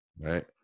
Right